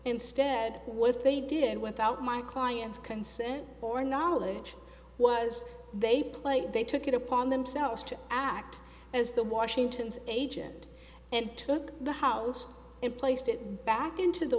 instead what they did without my client's consent or knowledge was they play they took it upon themselves to act as the washington's agent and took the house and placed it back into the